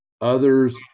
others